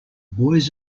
boys